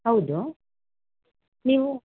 ಹೌದು ನೀವು